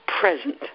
present